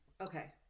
Okay